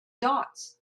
dots